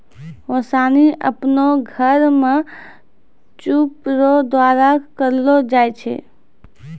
ओसानी आपनो घर मे सूप रो द्वारा करलो जाय छै